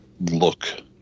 look